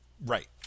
Right